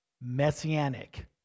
Messianic